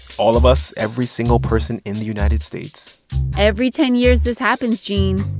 all of us every single person in the united states every ten years, this happens, gene.